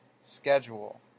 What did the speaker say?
schedule